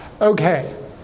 Okay